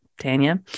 Tanya